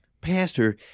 Pastor